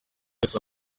wese